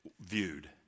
viewed